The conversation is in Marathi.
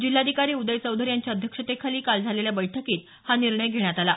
जिल्हाधिकारी उदय चौधरी यांच्या अध्यक्षतेखाली काल झालेल्या बैठकीत हा निर्णय घेण्यात आला